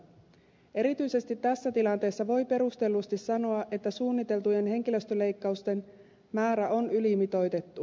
erityisesti tässä tilanteessa voi perustellusti sanoa että suunniteltujen henkilöstöleikkausten määrä on ylimitoitettu